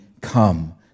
come